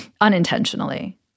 unintentionally